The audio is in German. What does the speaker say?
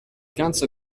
ganze